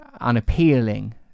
unappealing